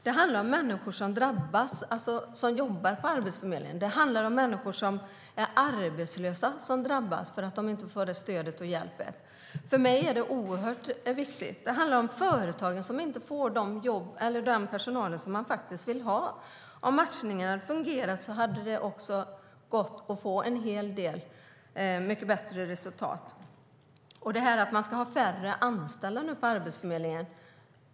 Det är människor som drabbas som jobbar på Arbetsförmedlingen. Det är människor som är arbetslösa som drabbas för att de inte får det stöd och den hjälp de behöver. För mig är det oerhört viktigt. Det är företagen som inte får den personal som de vill ha. Om matchningarna hade fungerat hade det gått att få en hel del mycket bättre resultat. Det talas om att man nu ska ha färre anställda på Arbetsförmedlingen.